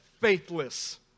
faithless